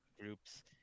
groups